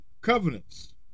covenants